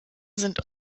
sind